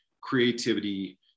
creativity